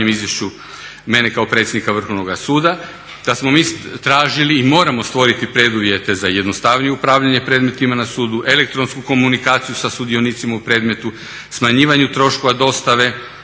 izvješću mene kao predsjednika Vrhovnoga suda da smo mi tražili i moramo stvoriti preduvjete za jednostavnije upravljanje predmetima na sudu, elektronsku komunikaciju sa sudionicima u predmetu, smanjivanju troškova dostave